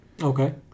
Okay